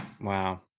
Wow